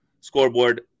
scoreboard